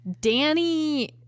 Danny